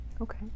okay